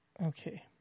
Okay